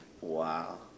Wow